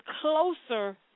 closer